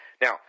Now